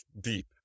deep